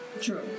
True